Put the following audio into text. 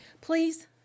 Please